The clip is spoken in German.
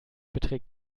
beträgt